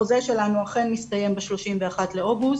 החוזה שלנו אכן מסתיים ב-31 באוגוסט,